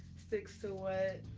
sticks to what,